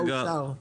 מה אושר?